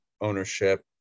ownership